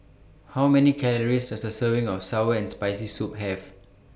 How Many Calories Does A Serving of Sour and Spicy Soup Have